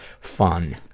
Fun